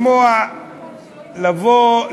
לא שומעים